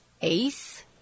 Ace